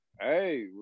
hey